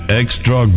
extra